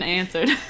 answered